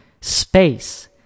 space